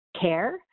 care